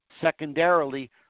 secondarily